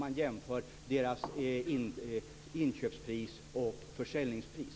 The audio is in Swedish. Det framgår om man jämför inköpspris och försäljningspris.